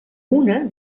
una